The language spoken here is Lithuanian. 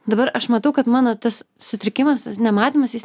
dabar aš matau kad mano tas sutrikimas tas nematomas jis